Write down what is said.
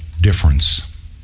difference